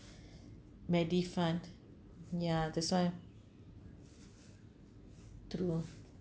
medifund ya that's why true